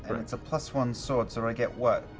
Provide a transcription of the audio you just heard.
but it's a plus one sword, so i get what?